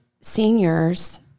seniors